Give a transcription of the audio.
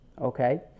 okay